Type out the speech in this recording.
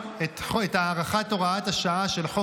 אני דואגת לחרדה שלו.